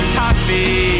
happy